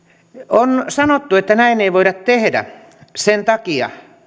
on sanottu että näin ei voida tehdä sen takia